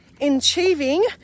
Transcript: achieving